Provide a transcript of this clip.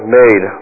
made